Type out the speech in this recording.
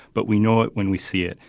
but we know it when we see it.